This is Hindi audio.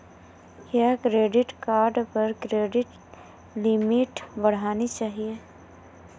क्या क्रेडिट कार्ड पर क्रेडिट लिमिट बढ़ानी चाहिए?